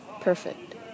perfect